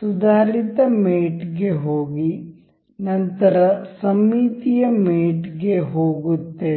ಸುಧಾರಿತ ಮೇಟ್ ಗೆ ಹೋಗಿ ನಂತರ ಸಮ್ಮಿತೀಯ ಮೇಟ್ ಗೆ ಹೋಗುತ್ತೇವೆ